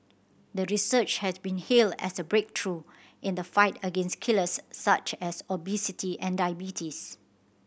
the research had been hailed as a breakthrough in the fight against killers such as obesity and diabetes